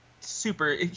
super